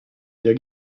der